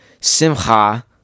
simcha